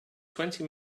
twenty